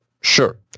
Sure